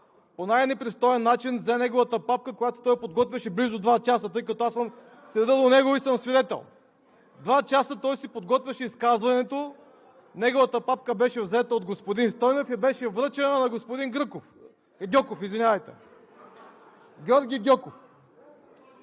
по най-непристоен начин взе неговата папка, която той подготвяше близо два часа, тъй като аз съм седял до него и съм свидетел. Два часа той си подготвяше изказването, неговата папка беше взета от господин Стойнев и връчена на господин Гръков – Гьоков, извинявайте, Георги Гьоков.